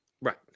Right